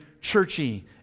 churchy